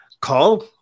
call